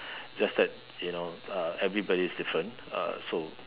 just that you know uh everybody is different uh so